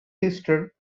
sister